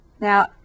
Now